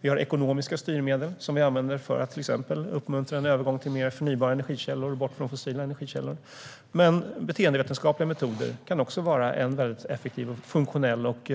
Vi har ekonomiska styrmedel som vi använder för att till exempel uppmuntra en övergång till mer förnybara energikällor och komma bort från fossila energikällor. Men beteendevetenskapliga metoder kan också vara väldigt effektiva, funktionella och